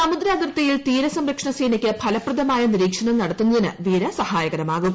സമുദ്ര അതിർത്തിയിൽ തീര സംരക്ഷണ സേനയ്ക്ക് ഫലപ്രദമായ നിരീക്ഷണം നടത്തുന്നതിന് വീര സഹായകരമാകും